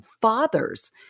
fathers